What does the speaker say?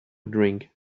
drink